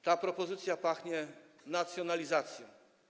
Ta propozycja pachnie nacjonalizacją.